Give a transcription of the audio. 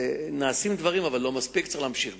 נעשים דברים, אבל לא מספיק, צריך להמשיך בזה.